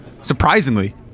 surprisingly